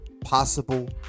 possible